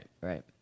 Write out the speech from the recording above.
right